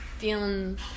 feeling